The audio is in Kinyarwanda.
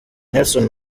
nelson